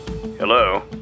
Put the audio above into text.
Hello